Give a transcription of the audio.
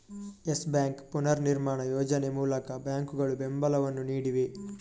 Yes Bank ಪುನರ್ನಿರ್ಮಾಣ ಯೋಜನೆ ಮೂಲಕ ಬ್ಯಾಂಕುಗಳು ಬೆಂಬಲವನ್ನು ನೀಡಿವೆ